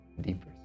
deeper